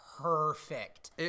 Perfect